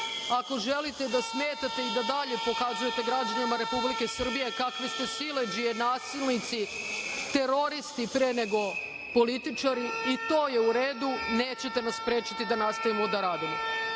Ako želite da smetate i dalje pokazujete građanima Republike Srbije kakve ste siledžije i nasilnici, teroristi pre nego političari, i to je u redu. Nećete nas sprečiti da nastavimo da radimo.U